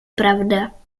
pravda